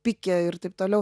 pike ir taip toliau